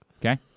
Okay